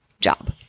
job